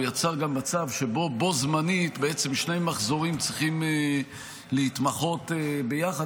הוא יצר גם מצב שבו בו בזמן למעשה שני מחזורים צריכים להתמחות ביחד,